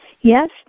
Yes